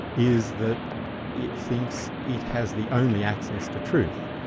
is that it thinks it has the only access to truth.